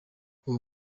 uwo